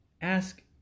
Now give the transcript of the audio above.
Ask